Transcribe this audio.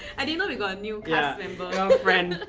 i didn't know we got a new cast and but